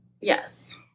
Yes